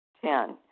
Ten